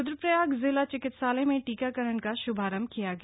रुद्रप्रयाग जिला चिकित्सालय में टीकाकरण का श्भारंभ किया गया